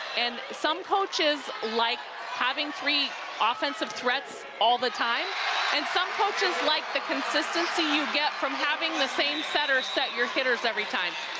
and some coaches like having three offensive threats all the time and some coaches like the consistency you get from having the same setters set your hitters every time.